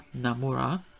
Namura